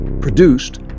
produced